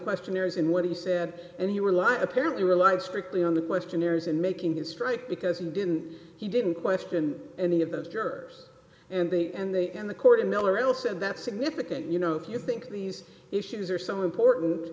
questionnaires and what he said and he were like apparently were alive strictly on the questionnaires and making his strike because he didn't he didn't question any of those jurors and they and they and the court in miller l said that's significant you know if you think these issues are so important